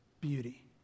beauty